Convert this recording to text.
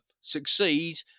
succeed